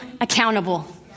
accountable